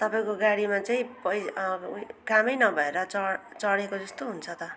तपाईँको गाडीमा चाहिँ पै कामै नभएर चढ् चढेको जस्तो हुन्छ त